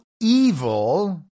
evil